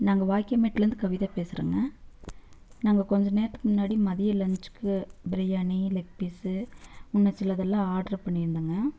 நாங்கள் வாக்கியமேட்டுலேருந்து கவிதா பேசுகிறேங்க நாங்கள் கொஞ்ச நேரத்துக்கு முன்னாடி மதிய லன்ஞ்சுக்கு பிரியாணி லெக் பீஸ்ஸு இன்னும் சிலதெல்லாம் ஆட்ரு பண்ணியிருந்தோங்க